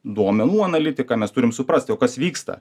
duomenų analitika mes turim suprast o kas vyksta